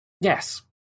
Yes